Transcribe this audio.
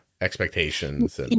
Expectations